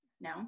no